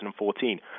2014